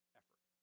effort